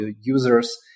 users